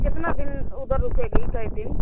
कितना दिन उधर रुकेगी कईं दिन